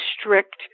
strict